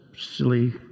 silly